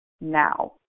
now